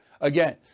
Again